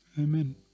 Amen